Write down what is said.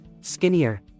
skinnier